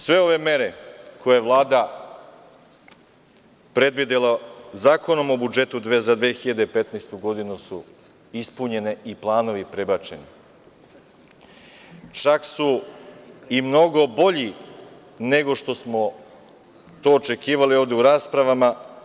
Sve ove mere koje je Vlada predvidela Zakonom o budžetu za 2015. godinu su ispunjene i planovi prebačeni, čak su i mnogo bolji nego što smo to očekivali ovde u raspravama.